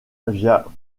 via